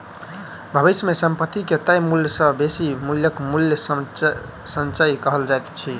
भविष्य मे संपत्ति के तय मूल्य सॅ बेसी मूल्यक मूल्य संचय कहल जाइत अछि